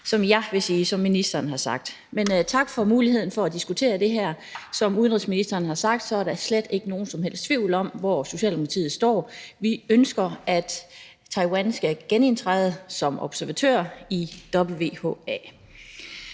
samme som det, ministeren har sagt. Tak for muligheden for at diskutere det her. Som udenrigsministeren har sagt, er der slet ikke nogen som helst tvivl om, hvor Socialdemokratiet står. Vi ønsker, at Taiwan skal genindtræde som observatør i WHA,